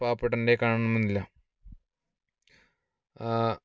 പാവപ്പെട്ടവന്റെ കാണണം എന്നില്ല